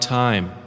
time